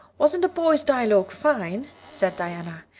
wasn't the boys' dialogue fine? said diana.